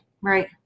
right